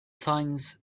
times